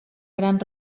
gran